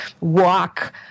walk